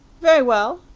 very well,